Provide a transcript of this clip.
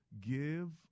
give